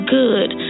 good